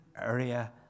area